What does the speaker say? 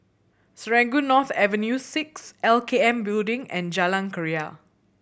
Serangoon North Avenue Six L K N Building and Jalan Keria